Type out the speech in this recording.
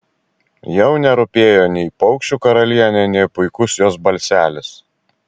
jau nerūpėjo nei paukščių karalienė nei puikus jos balselis